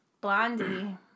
Blondie